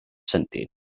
sentit